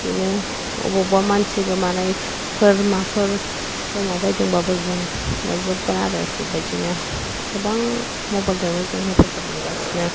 अबावबा मानसि गोमानायफोर माफोर गोमाबायदोंबाबो जों आरो बेबायदिनो गोबां मबाइलजोंनो जों हेफाजाब मोनगासिनो